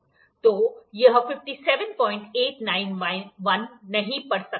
तो यह 57891 नहीं पढ़ सकता है